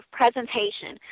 presentation